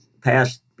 past